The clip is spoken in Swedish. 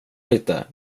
lite